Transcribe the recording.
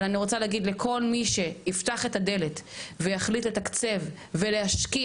אבל אני רוצה להגיד לכל מי שיפתח את הדלת ויחליט לתקצב ולהשקיע,